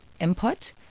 input